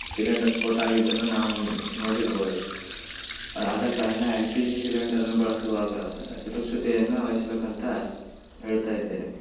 cylinder ಸ್ಫೋಟ ಆಗಿದ್ದನ್ನು ನಾವು ನೋಡಿರ್ಬೋದು ಅದು ಆದ ಕಾರಣ ಎಲ್ ಪಿ ಜಿ ಸಿಲಿಂಡರನ್ನ ಬಳಸುವಾಗ ಸುರಕ್ಷತೆಯನ್ನು ವಹಿಸ್ಬೇಕಂತ ಹೇಳ್ತಾ ಇದ್ದೇನೆ